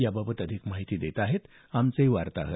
याबाबत अधिक माहिती देत आमचे वार्ताहर